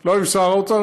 לא עם שר האוצר,